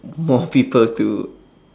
more people to